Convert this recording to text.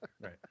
Right